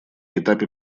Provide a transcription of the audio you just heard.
этапе